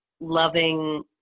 Loving